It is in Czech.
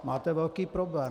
Máte velký problém.